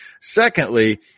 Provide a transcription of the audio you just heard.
Secondly